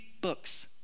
books